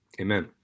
amen